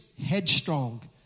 headstrong